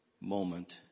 moment